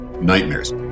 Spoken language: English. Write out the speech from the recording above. nightmares